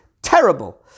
Terrible